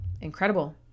incredible